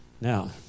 Now